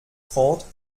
trente